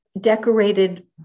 decorated